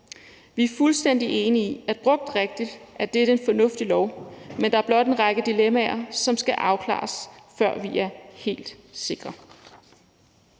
Vi er fuldstændig enige i, at brugt rigtigt er dette en fornuftig lov, men der er blot en række dilemmaer, som skal afklares, før vi er helt sikre.